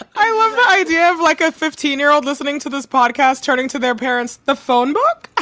i love the idea of like a fifteen year old listening to this podcast. turning to their parents. the phone book